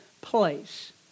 place